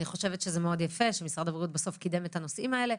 אני חושבת שזה מאוד יפה שמשרד הבריאות קידם את הנושאים האלה,